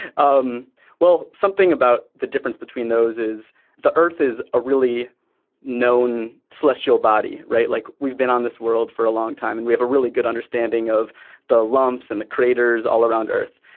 um well something about the difference between those is the earth is a really known celestial body. right. like we've been on this world for a long time and we have a really good understanding of the lumps and the craters all around earth.